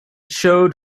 showed